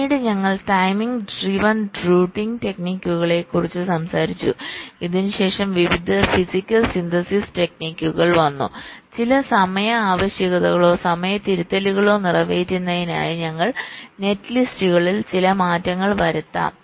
പിന്നീട് ഞങ്ങൾ timing driven routing ടെക്നിക്കുകളെ കുറിച്ച് സംസാരിച്ചു ഇതിന് ശേഷം വിവിധ ഫിസിക്കൽ സിന്തസിസ് ടെക്നിക്കുകൾphysical synthesis techniques വന്നു ചില സമയ ആവശ്യകതകളോ സമയ തിരുത്തലുകളോ നിറവേറ്റുന്നതിനായി ഞങ്ങളുടെ നെറ്റ്ലിസ്റ്റുകളിൽ ചില മാറ്റങ്ങൾ വരുത്താം